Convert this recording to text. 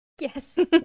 yes